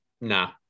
Nah